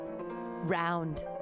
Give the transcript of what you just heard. round